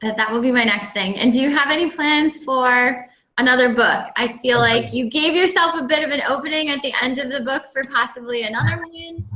and that will be my next thing. and do you have any plans for another book? i feel like you gave yourself a bit of an opening at the end of the book for possibly another i mean